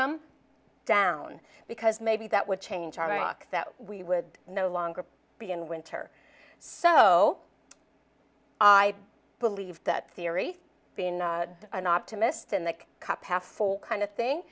them down because maybe that would change iraq that we would no longer be in winter so i believed that theory being an optimist in the cup half full kind of thing